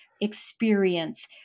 experience